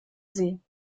see